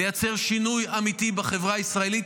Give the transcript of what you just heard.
לייצר שינוי אמיתי בחברה הישראלית.